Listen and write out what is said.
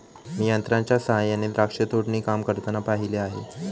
मी यंत्रांच्या सहाय्याने द्राक्ष तोडणी काम करताना पाहिले आहे